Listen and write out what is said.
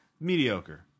mediocre